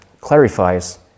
clarifies